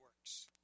works